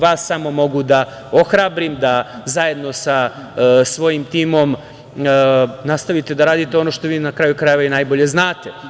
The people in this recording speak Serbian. Vas samo mogu da ohrabrim, da zajedno sa svojim timom nastavite da radite ono što na kraju krajeva i najbolje znate.